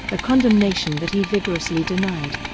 a condemnation that he vigorously denied.